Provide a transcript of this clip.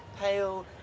pale